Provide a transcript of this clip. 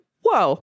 whoa